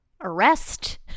arrest